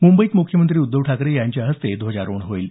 मुंबईत मुख्यमंत्री उद्धव ठाकरे यांच्या हस्ते ध्वजारोहण होईल